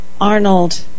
Arnold